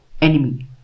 enemy